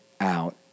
out